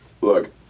look